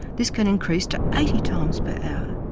this can increase to eighty times per hour.